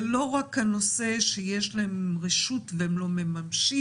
זה לא רק עניין שיש להם זכאות והם לא מממשים